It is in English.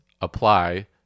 apply